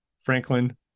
Franklin